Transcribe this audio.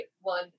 one